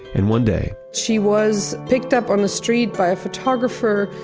and one day, she was picked up on the street by a photographer,